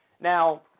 now